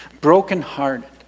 brokenhearted